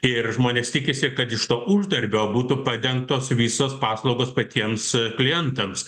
ir žmonės tikisi kad iš to uždarbio būtų padengtos visos paslaugos patiems klientams